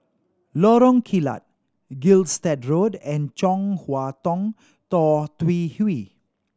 Lorong Kilat Gilstead Road and Chong Hua Tong Tou Teck Hwee